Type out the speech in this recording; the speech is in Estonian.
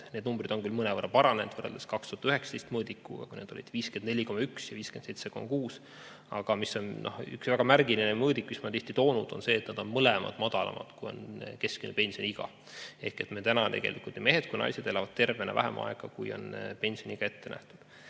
Need numbrid on küll mõnevõrra paranenud võrreldes 2019. aasta mõõdikuga, kui need olid 54,1 ja 57,6. Aga üks väga märgiline mõõdik, mis ma olen tihti toonud, on see, et nad on mõlemad madalamad, kui on keskmine pensioniiga. Ehk meil tegelikult nii mehed kui ka naised elavad tervena vähem aega, kui on ettenähtud